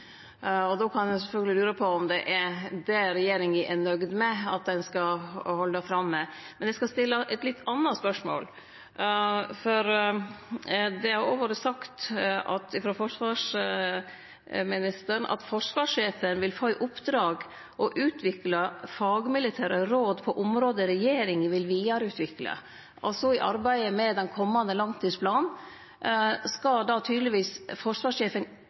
Då kan ein sjølvsagt lure på om det er det regjeringa er nøgd med at ein skal halde fram med. Men eg skal stille eit litt anna spørsmål. Det har vore sagt frå forsvarsministeren at forsvarssjefen vil få i oppdrag å utvikle fagmilitære råd på område regjeringa vil utvikle vidare. I arbeidet med den komande langtidsplanen skal forsvarssjefen tydelegvis